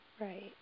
Right